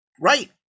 Right